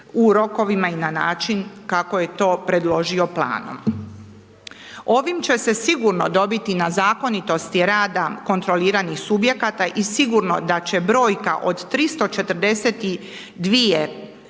u rokovima i na način kako je to predložio planom. Ovim će se sigurno dobiti na zakonitosti rada kontroliranih subjekata i sigurno da će brojka od 342